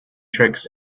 tricks